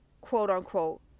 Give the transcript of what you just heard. quote-unquote